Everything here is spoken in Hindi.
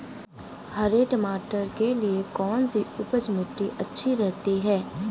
हरे मटर के लिए कौन सी उपजाऊ मिट्टी अच्छी रहती है?